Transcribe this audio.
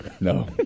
No